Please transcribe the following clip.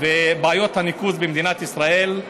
ובעיות הניקוז במדינת ישראל.